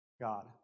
God